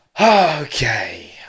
Okay